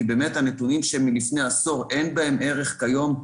כי באמת בנתונים מלפני עשור אין ערך כיום.